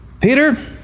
Peter